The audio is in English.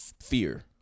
fear